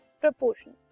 Proportions